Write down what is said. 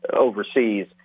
overseas